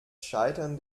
scheitern